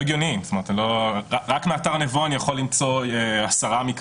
סטירה לאדם שהוא לא מכיר הוא מואשם באותו סעיף עבירה כמו